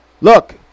Look